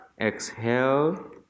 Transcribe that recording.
Exhale